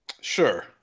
Sure